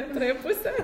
antrąją pusę